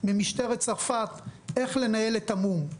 ממשטרת צרפת איך לנהל את המו"מ,